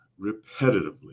repetitively